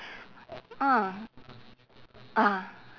ah ah